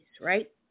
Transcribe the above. right